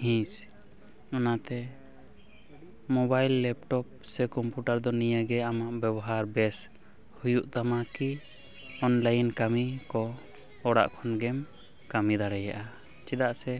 ᱦᱤᱸᱥ ᱚᱱᱟᱛᱮ mobile laptop ᱥᱮ ᱠᱚᱢᱯᱤᱭᱩᱴᱟᱨ ᱫᱚ ᱱᱤᱭᱟᱹ ᱜᱮ ᱟᱢ ᱦᱚᱸ ᱵᱮᱵᱚᱦᱟᱨ ᱵᱮᱥ ᱦᱩᱭᱩᱜ ᱛᱟᱢᱟ ᱠᱤ ᱚᱱᱞᱟᱭᱤᱱ ᱠᱟᱹᱢᱤ ᱠᱚ ᱚᱲᱟᱜ ᱠᱷᱚᱱ ᱜᱮᱢ ᱠᱟᱹᱢᱤ ᱫᱟᱲᱮᱭᱟᱜᱼᱟ ᱪᱮᱫᱟᱜ ᱥᱮ